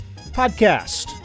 Podcast